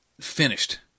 finished